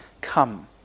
come